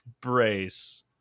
brace